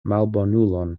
malbonulon